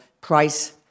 price